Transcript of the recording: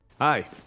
Hi